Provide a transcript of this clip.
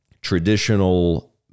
traditional